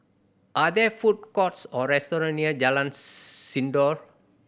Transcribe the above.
are there food courts or restaurant near Jalan Sindor